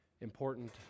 important